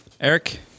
Eric